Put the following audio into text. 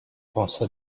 pensa